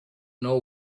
know